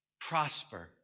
prosper